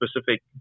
specific